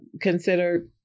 consider